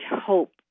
hope